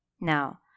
Now